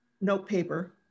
notepaper